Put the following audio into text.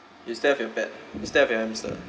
you still have your pet you still have your hamster